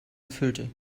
erfüllte